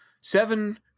Seven